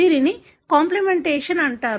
దీనిని కాంప్లిమెంటేషన్ అంటారు